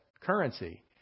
currency